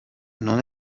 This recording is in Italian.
non